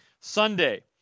Sunday